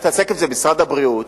משרד הבריאות